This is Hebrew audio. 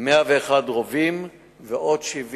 101 רובים ועוד 72